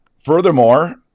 Furthermore